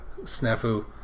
Snafu